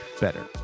better